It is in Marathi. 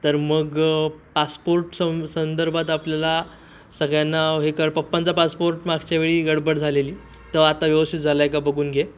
तर मग पासपोर्ट सं संदर्भात आपल्याला सगळ्यांना हे कर पप्पांचा पासपोर्ट मागच्या वेळी गडबड झालेली तर आता व्यवस्थित झालं आहे का बघून घे